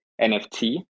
NFT